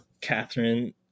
catherine